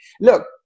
Look